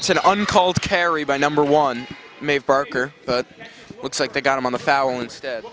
it's an uncalled carry by number one made barker but looks like they got him on the foul instead